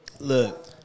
Look